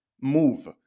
move